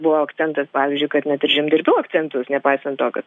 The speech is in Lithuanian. buvo akcentas pavyzdžiui kad net ir žemdirbių akcentus nepaisant to kad